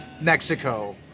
Mexico